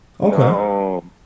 Okay